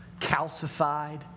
calcified